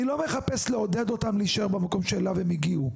אני לא מחפש לעודד אותם להישאר במקום שאליו הם הגיעו,